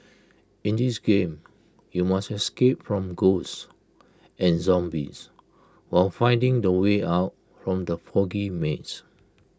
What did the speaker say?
in this game you must escape from ghosts and zombies while finding the way out from the foggy maze